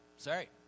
Sorry